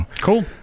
cool